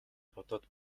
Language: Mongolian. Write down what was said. бодоод